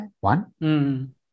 One